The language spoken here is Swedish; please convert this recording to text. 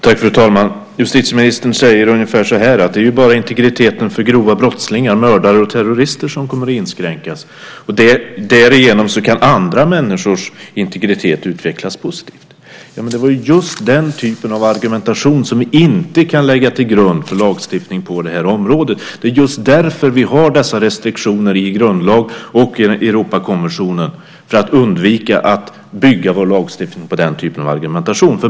Fru talman! Justitieministern säger ungefär så här: Det är ju bara integriteten för grova brottslingar, mördare och terrorister som kommer att inskränkas. Därigenom kan andra människors integritet utvecklas positivt. Det var just den typen av argumentation som vi inte kan lägga till grund för lagstiftning på det här området. Det är just därför vi har dessa restriktioner i grundlag och Europakonventionen, för att undvika att bygga vår lagstiftning på den typen av argumentation.